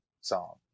song